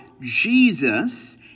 Jesus